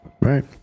Right